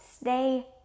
stay